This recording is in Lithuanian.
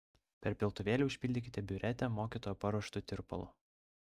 per piltuvėlį užpildykite biuretę mokytojo paruoštu tirpalu